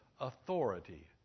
authority